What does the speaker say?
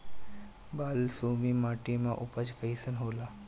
बालसुमी माटी मे उपज कईसन होला?